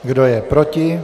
Kdo je proti?